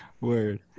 word